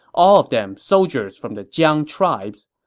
all of them soldiers from the jiang tribes.